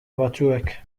batzuek